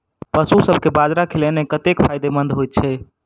पशुसभ केँ बाजरा खिलानै कतेक फायदेमंद होइ छै?